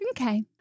Okay